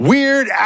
Weird